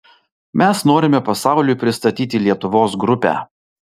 mes norime pasauliui pristatyti lietuvos grupę